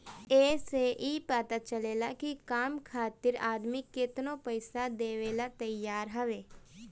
ए से ई पता चलेला की काम खातिर आदमी केतनो पइसा देवेला तइयार हअ